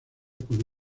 con